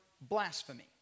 blasphemy